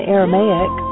Aramaic